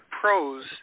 pros